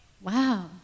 wow